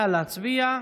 נא להצביע.